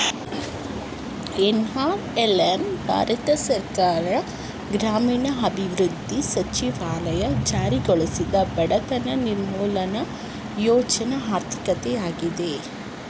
NRLM Bharat ಸರ್ಕಾರ ಗ್ರಾಮೀಣಾಭಿವೃದ್ಧಿ ಸಚಿವಾಲಯ ಜಾರಿಗೊಳಿಸಿದ ಬಡತನ ನಿರ್ಮೂಲ ಯೋಜ್ನ ಆರ್ಥಿಕತೆಯಾಗಿದೆ